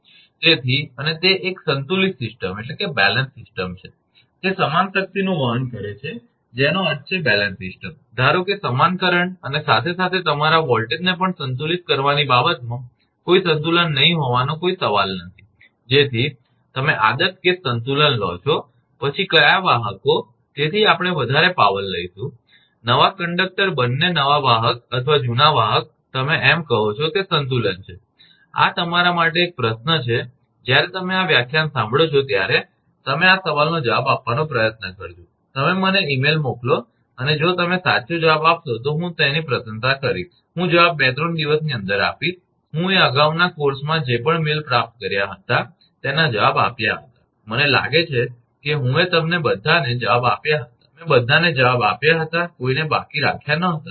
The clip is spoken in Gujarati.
તેથી અને તે એક સંતુલન સિસ્ટમ છે તે સમાન શક્તિનું વહન કરે છે જેનો અર્થ છે બેલેન્સ સિસ્ટમ ધારોકે સમાન કરંટ અને સાથે સાથે તમારા વોલ્ટેજને પણ સંતુલન કરવાની બાબતમાં કોઈ સંતુલન નહીં હોવાનો સવાલ નથી જેથી તમે આદર્શ કેસ સંતુલન લો છો પછી કયા વાહકો તેથી આપણે વધારે પાવર લઈ જઈશું નવા કંડક્ટર બંને નવા વાહક અથવા જૂના વાહક તમે એમ કહો કે તે સંતુલન છે આ તમારા માટે એક પ્રશ્ન છે જ્યારે તમે આ વ્યાખ્યાન સાંભળો છો ત્યારે તમે આ સવાલનો જવાબ આપવાનો પ્રયત્ન કરજો તમે મને ઇ મેઇલ મોકલો અને જો તમે સાચો જવાબ આપી શકશો તો હું તેની પ્રશંસા કરીશ હું જવાબ 2 3 દિવસની અંદર આપીશ હું એ અગાઉના કોર્સમાં જે પણ મેઇલ પ્રાપ્ત કરયા હતા તેના જવાબ આપ્યા હતાં મને લાગે છે કે હું એ તમને બધાને જવાબ આપ્યા હતા મેં બધાને જવાબો આપ્યા હતાં કોઈને બાકી રાખ્યા નહોતા